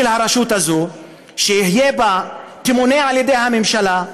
שהרשות הזאת תמונה על ידי הממשלה,